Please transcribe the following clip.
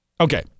Okay